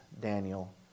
Daniel